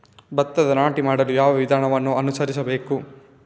ಭತ್ತದ ನಾಟಿ ಮಾಡಲು ಯಾವ ವಿಧಾನವನ್ನು ಅನುಸರಿಸಬೇಕು?